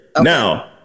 now